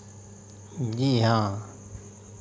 जी हाँ